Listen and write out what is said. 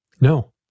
No